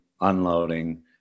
unloading